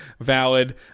valid